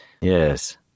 yes